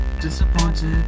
Disappointed